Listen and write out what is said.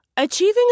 Achieving